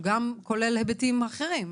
הוא גם כולל היבטים אחרים.